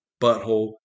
butthole